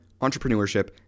entrepreneurship